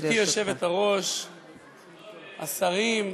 גברתי היושבת-ראש, השרים,